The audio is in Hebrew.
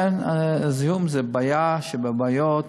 לכן זיהום זה הבעיה שבבעיות,